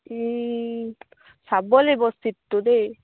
চাব লাগিব চীটটো দেই